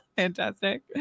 Fantastic